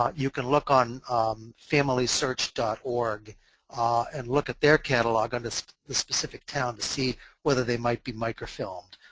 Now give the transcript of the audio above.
you can look on family search dot org ah and look at their catalog under the specific town to see whether they might be microfilmed.